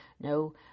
no